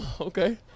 Okay